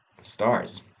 stars